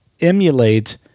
emulate